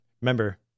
Remember